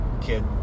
kid